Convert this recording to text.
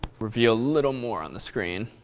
reveal a little more on the screen.